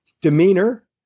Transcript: Demeanor